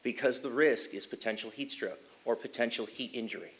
because the risk is potential heat stroke or potential heat injury